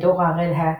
Suse ,RedHat,